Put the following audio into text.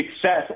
success